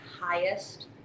highest